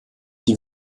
die